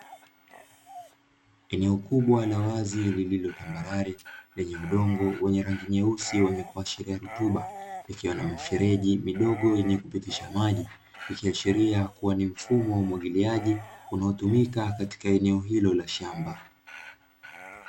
Eneo kubwa la wazi lililotambarare lenye udongo wenye rangi nyeusi wenye kuashiria rutuba, likiwa na mifereji midogo yenye kupitisha maji. Ikiashiria kuwa ni mfumo wa umwagiliaji, unaotumika katika eneo hilo la shamba.